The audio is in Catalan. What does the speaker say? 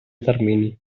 termini